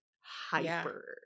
hyper